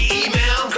email